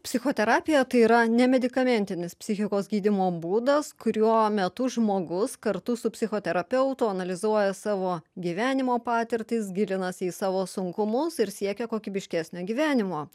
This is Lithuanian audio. psichoterapija tai yra ne medikamentinis psichikos gydymo būdas kuriuo metu žmogus kartu su psichoterapeutu analizuoja savo gyvenimo patirtis gilinasi į savo sunkumus ir siekia kokybiškesnio gyvenimo